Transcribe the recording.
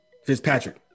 Fitzpatrick